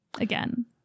again